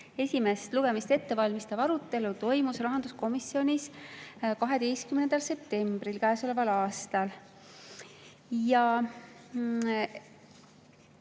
esimest lugemist ettevalmistav arutelu toimus rahanduskomisjonis 12. septembril käesoleval aastal.